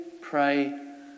pray